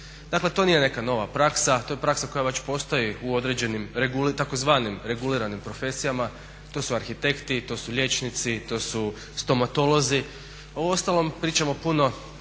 Dakle to nije neka nova praksa, to je praksa koja već postoji u određenim tzv. reguliranim profesijama, to su arhitekti, to su liječnici, to su stomatolozi. U ostalom pričamo o puno